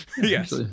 Yes